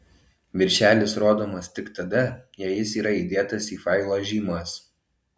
viršelis rodomas tik tada jei jis yra įdėtas į failo žymas